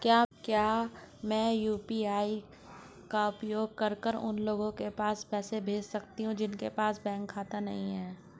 क्या मैं यू.पी.आई का उपयोग करके उन लोगों के पास पैसे भेज सकती हूँ जिनके पास बैंक खाता नहीं है?